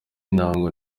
intango